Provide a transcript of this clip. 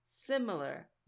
similar